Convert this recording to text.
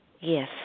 Yes